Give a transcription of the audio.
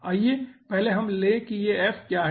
आइये पहले हम ले कि ये f क्या है